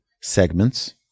segments